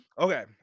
Okay